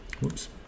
Whoops